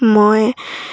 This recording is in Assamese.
মই